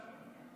תודה.